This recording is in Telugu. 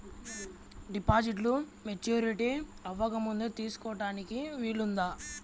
డిపాజిట్ను మెచ్యూరిటీ అవ్వకముందే తీసుకోటానికి వీలుందా?